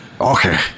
Okay